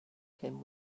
him